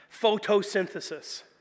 Photosynthesis